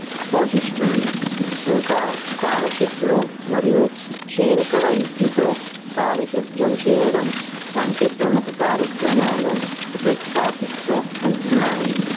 పోషిస్తుంది ఇంకా స్కాలర్షిప్లు మరియు చేరిక వైద్యతో పారిశుధ్యం చేయడం వంటి ప్రముఖ కార్యక్రమాలు ప్రతిసాపిస్తూ ఉంటున్నాయి